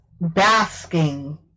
basking